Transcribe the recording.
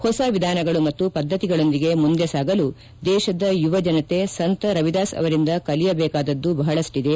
ಹೊಸ ವಿಧಾನಗಳು ಮತ್ತು ಪದ್ದತಿಗಳೊಂದಿಗೆ ಮುಂದೆ ಸಾಗಲು ದೇಶದ ಯುವ ಜನತೆ ಸಂತ ರವಿದಾಸ್ ಅವರಿಂದ ಕಲಿಯಬೇಕಾದದ್ದು ಬಹಳಷ್ಟಿದೆ